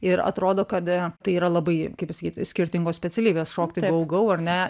ir atrodo kad tai yra labai kaip pasakyt skirtingos specialybės šokti gau gau ar ne